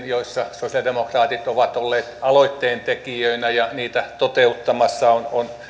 joissa sosialidemokraatit ovat olleet aloitteentekijöinä ja niitä toteuttamassa on on